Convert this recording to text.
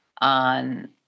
on